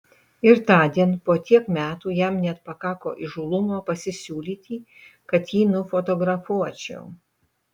ir tądien po tiek metų jam net pakako įžūlumo pasisiūlyti kad jį nufotografuočiau